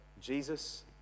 Jesus